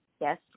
Yes